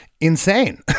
insane